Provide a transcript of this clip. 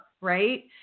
right